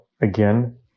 again